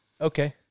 Okay